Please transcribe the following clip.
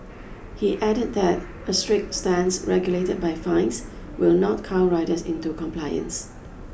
he added that a strict stance regulated by fines will not cow riders into compliance